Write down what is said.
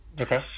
Okay